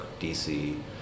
DC